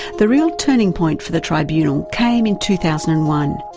the real turning point for the tribunal came in two thousand and one.